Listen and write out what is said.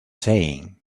saying